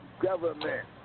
government